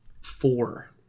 Four